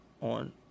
on